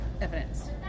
evidence